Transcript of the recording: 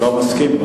לא מסכים?